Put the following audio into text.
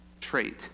trait